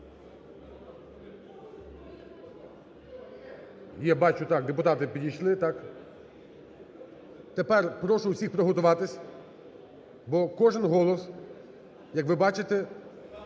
Я бачу, так, депутати підійшли, так? Тепер прошу всіх приготуватись, бо кожен голос, як ви бачите,